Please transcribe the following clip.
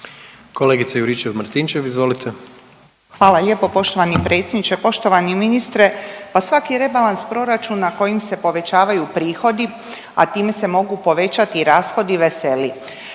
**Juričev-Martinčev, Branka (HDZ)** Hvala lijepo poštovani predsjedniče. Poštovani ministre. Pa svaki rebalans proračuna kojim se povećavaju prihodi, a time se mogu povećati rashodi, veseli.